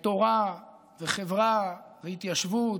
ותורה וחברה והתיישבות,